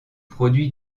produit